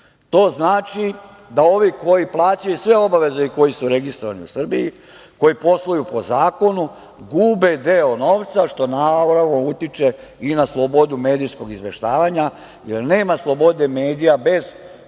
znači da ovi koji plaćaju sve obaveze i koji su registrovani u Srbiji, koji posluju po zakonu, gube deo novca, što naravno utiče i na slobodu medijskog izveštavanja, jer nema slobode medija bez izvornih